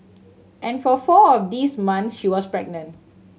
and for four of these months she was pregnant